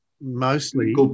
Mostly